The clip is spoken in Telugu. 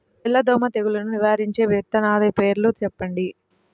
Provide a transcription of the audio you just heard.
తెల్లదోమ తెగులును నివారించే విత్తనాల పేర్లు చెప్పండి?